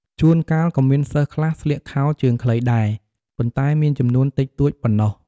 ជួនកាលក៏មានសិស្សខ្លះស្លៀកខោជើងខ្លីដែរ ប៉ុន្តែមានចំនួនតិចតួចប៉ុណ្ណោះ។